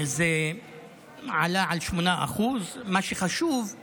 הוא עלה על 8%. מה שחשוב הוא